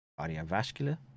Cardiovascular